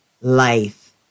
life